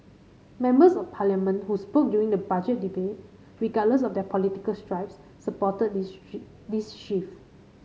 members of Parliament who spoke during the Budget debate regardless of their political stripes supported this this shift